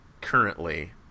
currently